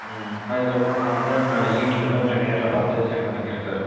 அதுக்கப்புறம் நான் வந்து நான் ஈவினிங் வந்து உங்களை நேரில் பார்த்து சைன் வாங்கிகுறேன் சார்